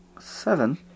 Seven